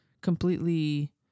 completely